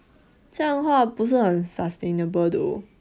这样的话不是很 sustainable though